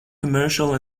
commercial